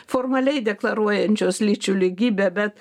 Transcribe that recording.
formaliai deklaruojančios lyčių lygybę bet